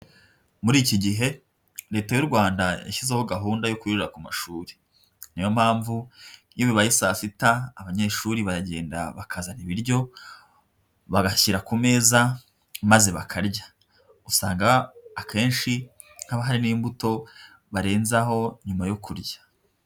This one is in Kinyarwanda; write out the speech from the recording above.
Muri iki gihe Leta y'u Rwanda yashyizeho gahunda yo kurira ku mashuri. Niyo mpamvu, iyo bibaye saa sita, abanyeshuri baragenda bakazana ibiryo, bagashyira ku meza, maze bakarya. Usanga akenshi haba hari n'imbuto barenzaho nyuma yo kurya.